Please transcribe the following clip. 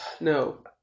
No